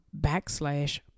backslash